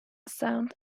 sound